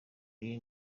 y’iyi